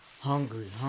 hungry